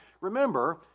remember